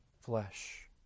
flesh